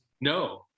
no